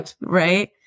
right